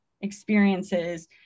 experiences